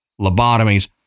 lobotomies